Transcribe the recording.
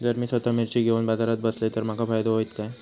जर मी स्वतः मिर्ची घेवून बाजारात बसलय तर माका फायदो होयत काय?